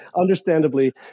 understandably